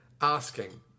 asking